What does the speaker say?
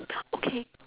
okay